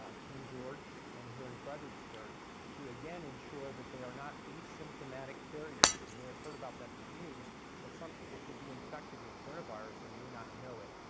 ah king george and here in fredericksburg to again ensure that they are not asymptomatic carriers. you may have heard about that in the news that some people could be infected with coronavirus and may not know it,